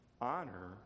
honor